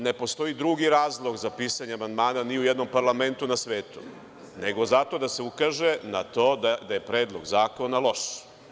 Ne postoji drugi razlog za pisanje amandmana ni u jednom parlamentu na svetu, nego za to da se ukaže na to da je Predlog zakona loš.